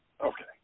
Okay